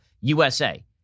USA